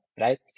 right